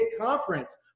Conference